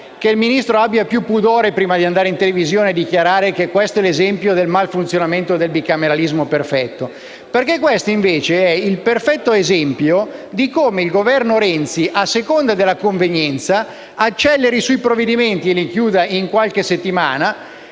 il Ministro ad avere maggiore pudore prima di andare in televisione a dichiarare che questo è l'esempio del malfunzionamento del bicameralismo perfetto. Questo, invece, è il perfetto esempio di come il Governo Renzi, a seconda della convenienza, acceleri su alcuni provvedimenti e li chiuda in qualche settimana.